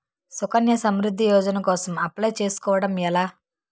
సుకన్య సమృద్ధి యోజన కోసం అప్లయ్ చేసుకోవడం ఎలా?